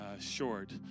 short